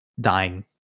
dying